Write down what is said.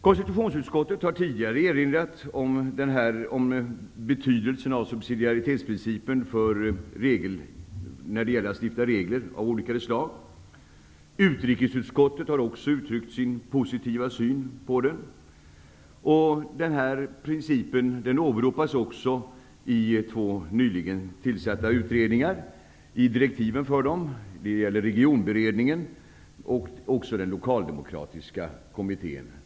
Konstitutionsutskottet har tidigare erinrat om betydelsen av subsidiaritetsprincipen när det gäller att införa regler av olika slag. Utrikesutskottet har också uttryckt sin positiva syn. Denna princip åberopas även i direktiven för två nyligen tillsatta utredningar, regionberedningen och den lokaldemokratiska kommittén.